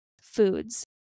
foods